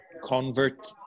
convert